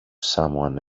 someone